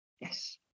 Yes